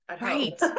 Right